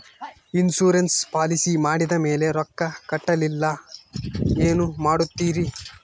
Insurance policy ಮಾಡಿದ ಮೇಲೆ ರೊಕ್ಕ ಕಟ್ಟಲಿಲ್ಲ ಏನು ಮಾಡುತ್ತೇರಿ?